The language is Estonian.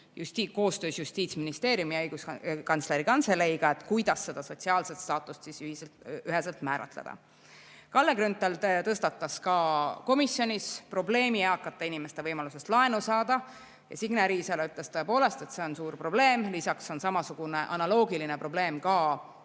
koostöös Justiitsministeeriumi ja Õiguskantsleri Kantseleiga ei leitud, kuidas seda sotsiaalset staatust üheselt määratleda. Kalle Grünthal tõstatas ka komisjonis probleemi eakate inimeste võimalusest laenu saada. Signe Riisalo ütles, et see on suur probleem. Lisaks on samasugune, analoogiline probleem ka